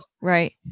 Right